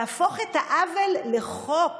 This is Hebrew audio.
להפוך את העוול לחוק